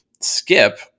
skip